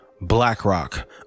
BlackRock